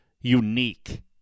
unique